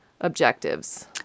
objectives